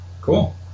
Cool